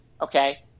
okay